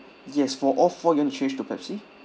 yes for all four you wanna change to pepsi